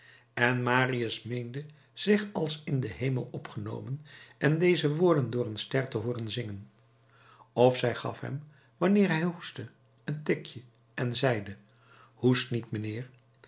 en marius meende zich als in den hemel opgenomen en deze woorden door een ster te hooren zingen of zij gaf hem wanneer hij hoestte een tikje en zeide hoest niet mijnheer